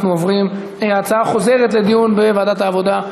ההצעה חוזרת לדיון בוועדת העבודה,